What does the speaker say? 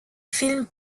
films